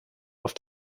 auf